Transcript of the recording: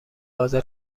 حاضر